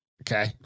Okay